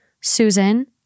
Susan